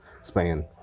Spain